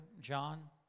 John